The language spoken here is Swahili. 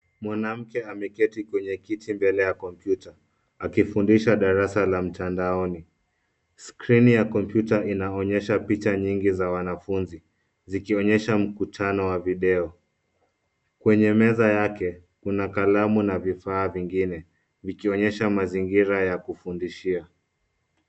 Mwanamke ameketi kwenye kiti mbele ya kompyuta akifundisha darasa la mtandaoni skrini ya kompyuta inaonyesha picha nyingi za wanafunzi zikionyesha mkutano wa video kwenye meza yake kuna kalamu na vifaa vingine ikionyesha mazingira ya kufundishia.